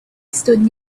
stood